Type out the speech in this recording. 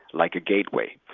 like a gateway,